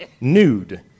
nude